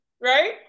right